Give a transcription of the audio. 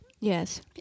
Yes